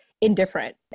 indifferent